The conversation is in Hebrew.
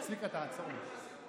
צביקה, תעצור לי.